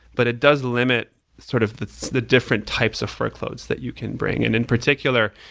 but it does limit sort of the different types of workloads that you can bring. and in particular,